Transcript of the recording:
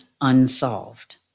unsolved